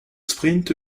sprint